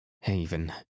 Haven